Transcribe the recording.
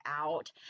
out